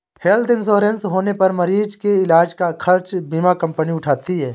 health insurance होने पर मरीज के इलाज का खर्च बीमा कंपनी उठाती है